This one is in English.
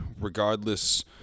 regardless